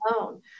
alone